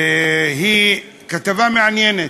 כתבה מעניינת,